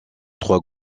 trois